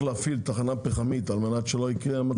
להפעיל תחנה פחמית על-מנת שלא יקרה המצב,